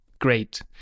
great